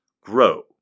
grow